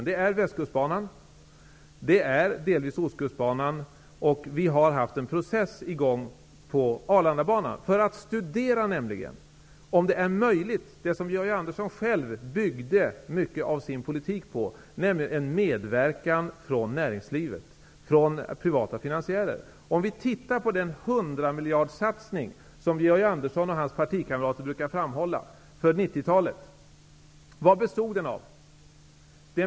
Det är västkustbanan, delvis ostkustbanan och vi har haft en process i gång när det gäller Arlandabanan. Vi vill studera om det som Georg Andersson själv byggde mycket av sin politik på är möjligt, nämligen en medverkan från näringslivet genom privata finansiärer. Låt oss titta på den hundramiljardssatsning som Georg Andersson och hans partikamrater brukar framhålla för 90-talet. Vad bestod den av?